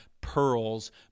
pearls